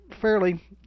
fairly